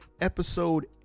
episode